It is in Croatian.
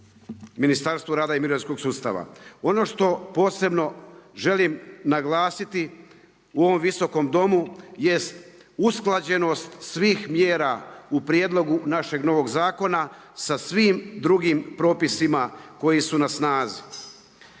Ministarstvu rada i mirovinskog sustava. Ono što posebno želim naglasiti u ovom Visokom domu jest usklađenost svih mjera u prijedlogu našeg novog zakona sa svim drugim propisima koji su na snazi.